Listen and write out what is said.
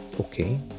okay